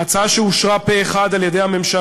ההצעה, שאושרה פה אחד בממשלה,